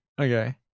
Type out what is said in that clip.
Okay